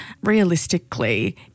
realistically